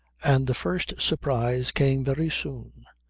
and the first surprise came very soon,